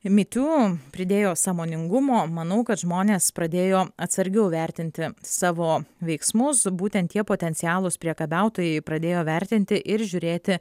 me too pridėjo sąmoningumo manau kad žmonės pradėjo atsargiau vertinti savo veiksmus būtent tie potencialūs priekabiautojai pradėjo vertinti ir žiūrėti